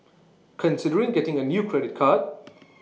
considering getting A new credit card